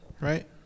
right